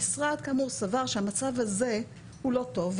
המשרד כאמור סבר שהמצב הזה הוא לא טוב,